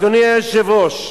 אדוני היושב-ראש,